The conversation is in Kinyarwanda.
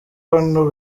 hano